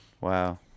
Wow